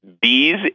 bees